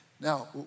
Now